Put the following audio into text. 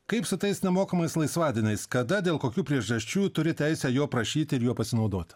kaip su tais nemokamais laisvadieniais kada dėl kokių priežasčių turi teisę jo prašyti ir juo pasinaudoti